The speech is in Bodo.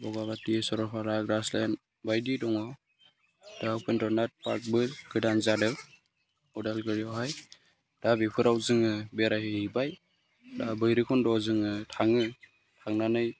बगामाथि सरलपारा ग्रासलेण्ड बायदि दङ दा उपेन्द्र नाथ पार्कबो गोदान जादों उदालगुरिआवहाय दा बेफोराव जोङो बेरायहैबाय दा भैरबखुन्द'आव जोङो थाङो थांनानै